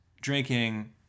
drinking